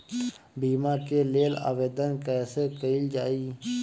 बीमा के लेल आवेदन कैसे कयील जाइ?